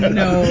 no